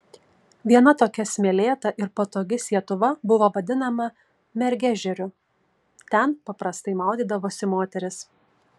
viena tokia smėlėta ir patogi sietuva buvo vadinama mergežeriu ten paprastai maudydavosi moterys